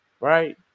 right